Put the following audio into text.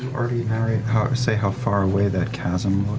already narrate or say how far away that chasm